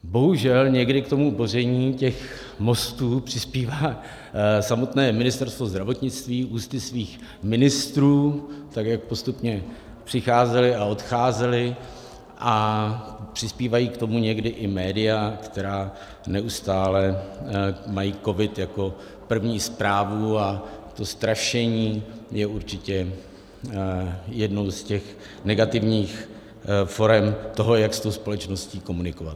Bohužel někdy k boření těch mostů přispívá samotné Ministerstvo zdravotnictví ústy svých ministrů, tak jak postupně přicházeli a odcházeli, a přispívají k tomu někdy i média, která neustále mají covid jako první zprávu, a to strašení je určitě jednou z těch negativních forem toho, jak s tou společností komunikovat.